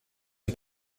een